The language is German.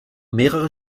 mehrere